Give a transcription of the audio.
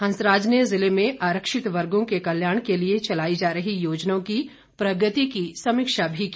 हंसराज ने जिले में आरक्षित वर्गों के कल्याण के लिए चलाई जा रही योजनाओं की प्रगति की समीक्षा भी की